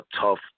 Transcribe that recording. tough